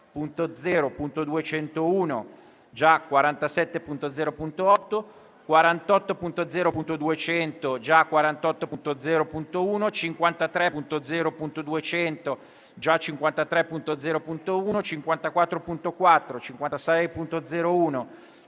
(già 47.0.8), 48.0.200 (già 48.0.1), 53.0.200 (già 53.0.1), 54.4, 56.0.1,